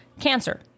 cancer